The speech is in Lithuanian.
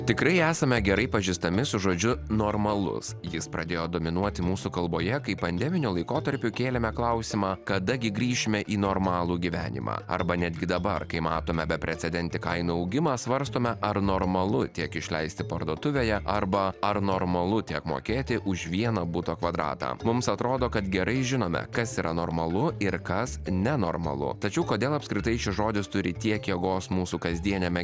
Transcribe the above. tikrai esame gerai pažįstami su žodžiu normalus jis pradėjo dominuoti mūsų kalboje kai pandeminiu laikotarpiu kėlėme klausimą kada gi grįšime į normalų gyvenimą arba netgi dabar kai matome beprecedentį kainų augimą svarstome ar normalu tiek išleisti parduotuvėje arba ar normalu tiek mokėti už vieną buto kvadratą mums atrodo kad gerai žinome kas yra normalu ir kas nenormalu tačiau kodėl apskritai šis žodis turi tiek jėgos mūsų kasdieniame